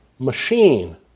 machine